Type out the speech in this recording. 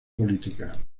política